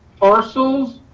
parcels,